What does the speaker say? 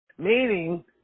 Meaning